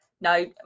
no